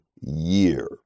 year